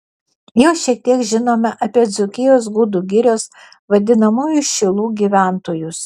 jau šiek tiek žinome apie dzūkijos gudų girios vadinamųjų šilų gyventojus